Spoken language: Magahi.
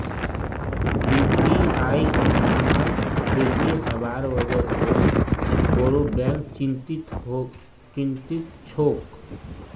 यू.पी.आई इस्तमाल बेसी हबार वजह से बोरो बैंक चिंतित छोक